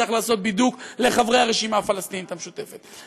צריך לעשות בידוק לחברי הרשימה הפלסטינית המשותפת.